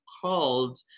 called